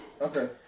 Okay